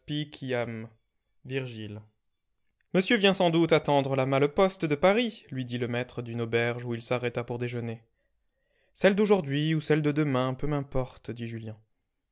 virgile monsieur vient sans doute attendre la malle-poste de paris lui dit le maître d'une auberge où il s'arrêta pour déjeuner celle d'aujourd'hui ou celle de demain peu m'importe dit julien